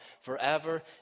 forever